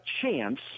chance –